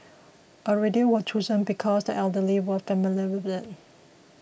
a radio was chosen because the elderly were familiar with it